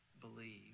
believe